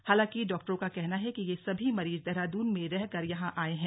हालांकि डॉक्टरों का कहना है कि ये सभी मरीज देहरादून में रहकर यहां आए हैं